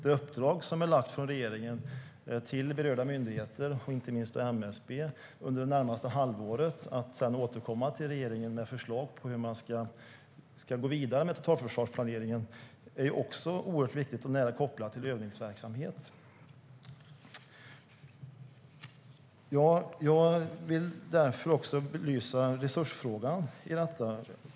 Det uppdrag som regeringen har lagt till berörda myndigheter, inte minst MSB, under det närmaste halvåret om att återkomma till regeringen med förslag på hur man ska gå vidare med totalförsvarsplaneringen är också oerhört viktigt och har nära kopplingar till övningsverksamhet. Jag vill också belysa resursfrågan.